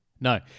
No